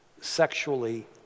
sexually